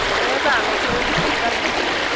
ए' जोहा नखरैनो थांगोन गासिबो